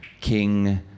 King